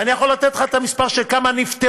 ואני יכול לתת לך את המספר של כמה נפטרו